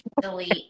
delete